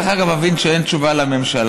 דרך אגב, מבין שאין תשובה לממשלה.